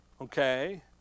okay